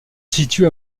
situe